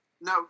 no